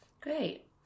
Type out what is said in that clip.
Great